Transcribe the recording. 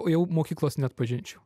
jau mokyklos neatpažinčiau